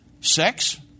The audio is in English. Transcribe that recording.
sex